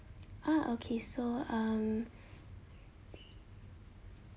ah okay so um